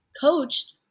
coached